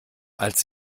als